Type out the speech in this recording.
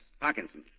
Parkinson